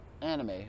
anime